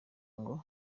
ngo